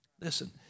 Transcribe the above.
Listen